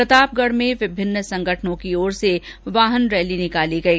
प्रतापगढ में विभिन्न संगठनों की ओर से वाहन रैली निकाली गयी